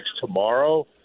tomorrow